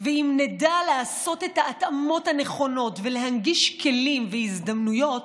ואם נדע לעשות את ההתאמות הנכונות ולהנגיש כלים והזדמנויות,